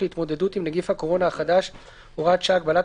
להתמודדות עם נגיף הקורונה החדש (הוראת שעה) (הגבלת